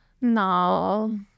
No